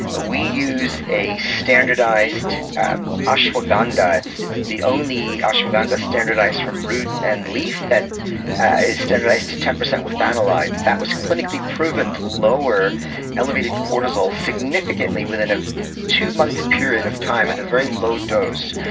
ah we use a standardized ashwagandha. it's it's the only ashwagandha standardized from root and leaf that is standardized to ten percent with thianalydes. that was clinically proven to lower elevated cortisol significantly within a two-month period of time at a very low dose.